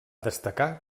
destacar